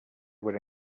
were